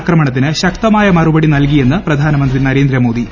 ആക്രമണത്തീന് ശക്തമായ മറുപടി നൽകിയെന്ന് പ്രധാനമന്ത്രി നരേന്ദ്രമോദി